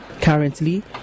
currently